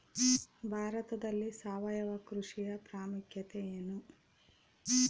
ಭಾರತದಲ್ಲಿ ಸಾವಯವ ಕೃಷಿಯ ಪ್ರಾಮುಖ್ಯತೆ ಎನು?